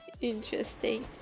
interesting